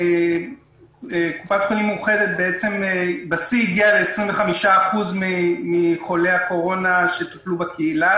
קופת חולים מאוחדת בשיא הגיעה ל-25% מחולי הקורונה שטופלו בקהילה.